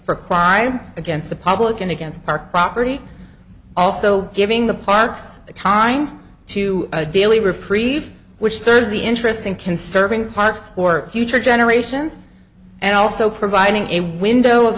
for crime against the public and against our property also giving the parks a time to a daily reprieve which serves the interest in conserving parks or future generations and also providing a window of